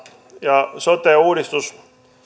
ja sote uudistus